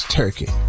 turkey